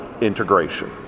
integration